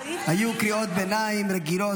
היו קריאות ביניים רגילות,